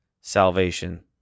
salvation